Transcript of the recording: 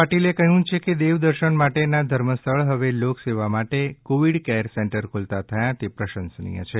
પાટિલે કહ્યું છે કે દેવદર્શન માટે ના ધર્મસ્થળ હવે લોકસેવા માટે કોવિડ કેર સેન્ટર ખોલતા થયા તે પ્રસશસનીય છે